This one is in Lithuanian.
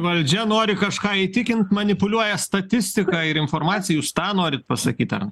valdžia nori kažką įtikint manipuliuoja statistika ir informacija jūs tą norit pasakyt arnai